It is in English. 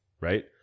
Right